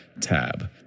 tab